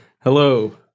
Hello